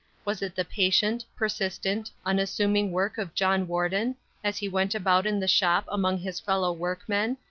was it the patient, persistent, unassuming work of john warden as he went about in the shop among his fellow-workmen,